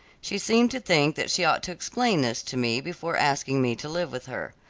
she seemed to think that she ought to explain this to me before asking me to live with her.